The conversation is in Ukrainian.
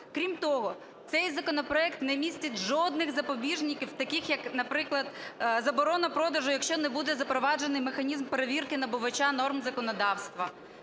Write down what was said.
Крім того, цей законопроект не містить жодних запобіжників, таких як, наприклад, заборона продажу, якщо не буде запроваджений механізм перевірки набувача норм законодавства.